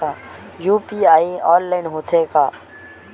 UPI online होथे का?